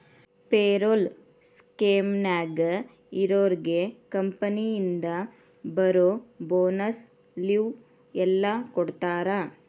payroll ಸ್ಕೇಮ್ನ್ಯಾಗ ಇರೋರ್ಗೆ ಕಂಪನಿಯಿಂದ ಬರೋ ಬೋನಸ್ಸು ಲಿವ್ವು ಎಲ್ಲಾ ಕೊಡ್ತಾರಾ